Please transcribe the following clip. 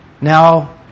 now